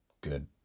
good